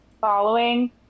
following